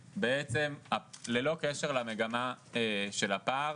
שללא קשר למגמה של הפער